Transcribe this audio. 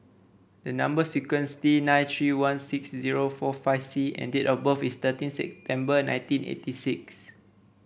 the number sequence T nine three one six zero four five C and date of birth is thirteen September and nineteen eighty six